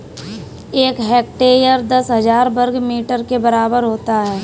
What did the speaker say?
एक हेक्टेयर दस हजार वर्ग मीटर के बराबर होता है